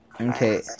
Okay